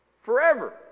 Forever